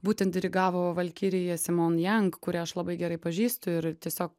būtent dirigavo valkiriją simon jang kurią aš labai gerai pažįstu ir tiesiog